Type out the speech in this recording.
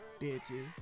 bitches